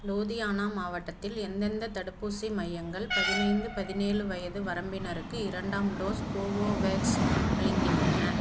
லூதியானா மாவட்டத்தில் எந்தெந்த தடுப்பூசி மையங்கள் பதினைந்து பதினேழு வயது வரம்பினருக்கு இரண்டாம் டோஸ் கோவோவேக்ஸ் அளிக்கின்றன